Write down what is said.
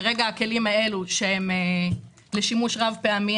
הכלים הללו שהם לשימוש רב-פעמי,